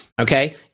okay